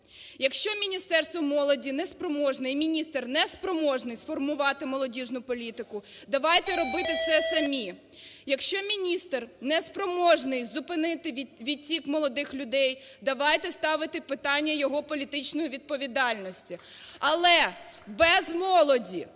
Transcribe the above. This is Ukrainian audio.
Якщо Міністерство молоді не спроможне і міністр не спроможний сформувати молодіжну політику, давайте робити це самі. Якщо міністр не спроможний зупинити відтік молодих людей, давайте ставити питання його політичної відповідальності. Але без молоді,